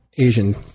Asian